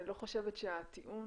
אבל אני חלוקה עליך,